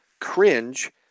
cringe